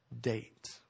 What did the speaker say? date